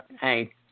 Hey